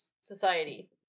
society